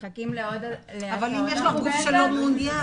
מחכים לעוד --- אבל אם יש לך גוף שלא מעונין,